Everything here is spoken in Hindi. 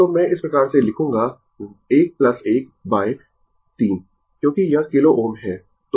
तो मैं इस प्रकार से लिखूंगा 1 1 बाय 3 क्योंकि यह किलो Ω है